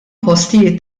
postijiet